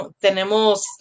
tenemos